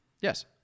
Yes